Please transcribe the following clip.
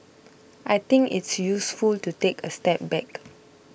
I think it's useful to take a step back